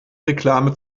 reklame